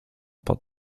pod